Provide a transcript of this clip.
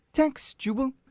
Textual